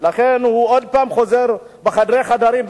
לכן הוא עוד פעם חוזר בחדרי חדרים,